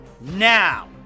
now